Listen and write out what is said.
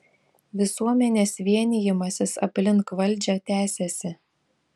visuomenės vienijimasis aplink valdžią tęsiasi